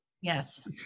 Yes